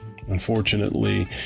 unfortunately